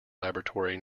laboratory